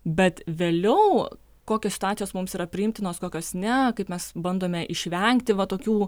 bet vėliau kokios situacijos mums yra priimtinos kokios ne kaip mes bandome išvengti va tokių